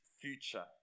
future